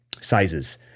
sizes